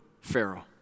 Pharaoh